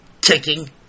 ticking